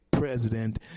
president